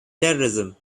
terrorism